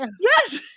Yes